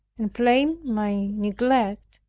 and blamed my neglect,